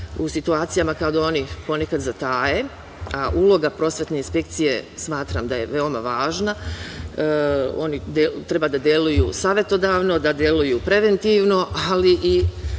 u situacijama kada oni ponekad zataje, a uloga prosvetne inspekcije smatram da je veoma važna. Oni treba da deluju savetodavno, da deluju preventivno, ali i